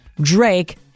Drake